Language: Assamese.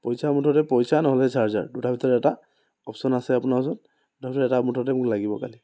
পইচা মুঠতে পইচা ন'হলে চাৰ্জাৰ দুটা ভিতৰত এটা অপশ্যন আছে আপোনাৰ ওচৰত দুটা ভিতৰত এটা মুঠতে মোক লাগিব কালি